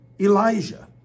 Elijah